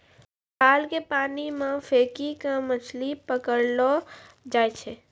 जाल के पानी मे फेकी के मछली पकड़लो जाय छै